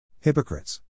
Hypocrites